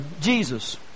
Jesus